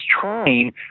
trying